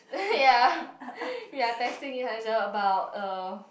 ya ya testing each other about uh